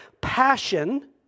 passion